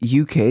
UK